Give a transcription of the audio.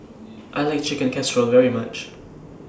I like Chicken Casserole very much